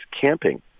camping